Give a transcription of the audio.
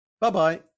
bye-bye